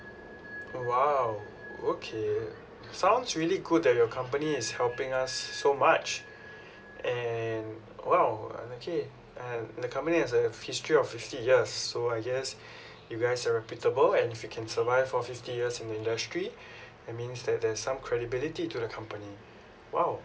oh !wow! okay sounds really good that your company is helping us so much and !wow! uh okay uh the company has a history of fifty years so I guess you guys are reputable and if you can survive for fifty years in the industry that means that there's some credibility to the company !wow!